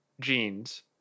jeans